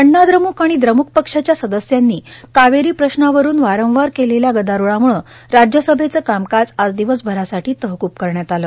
अण्णा द्रमुक आणि द्रमुक पक्षाच्या सदस्यांनी कावेरी प्रश्नावरून वारंवार केलेल्या गदारोळामुळं राज्यसभेचं कामकाज आज दिवसभरासाठी तहकूब करण्यात आलं